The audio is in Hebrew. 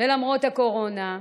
למרות הקורונה,